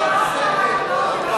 זה לא בסדר.